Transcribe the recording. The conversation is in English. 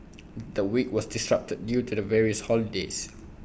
the week was disrupted due to the various holidays